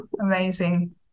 Amazing